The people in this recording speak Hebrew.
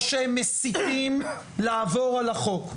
או שהם מסיתים לעבור על החוק,